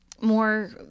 more